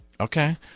Okay